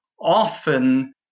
often